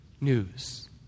news